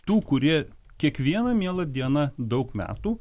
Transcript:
tų kurie kiekvieną mielą dieną daug metų